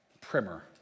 primer